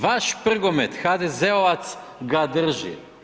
Vaš Prgomet HDZ-ovac ga drži.